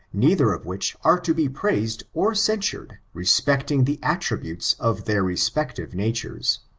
neither of which are to be praised or censured respecting the attri butes of their respective natures.